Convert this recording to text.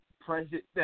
President